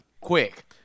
Quick